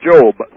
Job